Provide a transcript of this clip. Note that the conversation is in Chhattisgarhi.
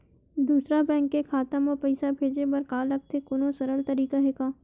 दूसरा बैंक के खाता मा पईसा भेजे बर का लगथे कोनो सरल तरीका हे का?